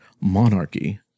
monarchy